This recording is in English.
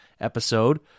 episode